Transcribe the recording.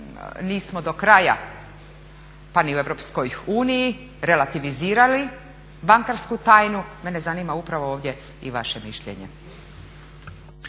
nismo do kraja, pa ni u Europskoj uniji relativizirali bankarsku tajnu. Mene zanima upravo ovdje i vaše mišljenje.